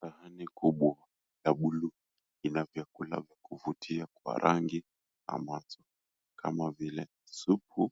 Sahani kubwa ya buluu ina vyakula vya kuvutia kwa rangi na macho. Kama vile supu